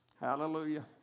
Hallelujah